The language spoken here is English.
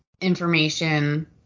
information